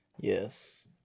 Yes